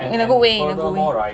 in a good way in a good way